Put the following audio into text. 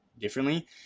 differently